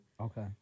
Okay